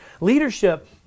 Leadership